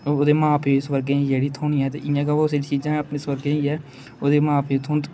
ओह्दे मां प्यो गी स्बर्गें च जेह्ड़ी थ्होनी ऐ ते इ'यां गै ओह् अस एह् चीजां अपने स्बर्गें च जाइयै ओह्दे मां प्यो गी थ्होंदी